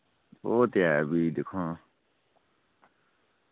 ओह् ते ऐ भी दिक्खो आं